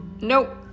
Nope